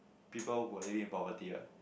people who are living in poverty ah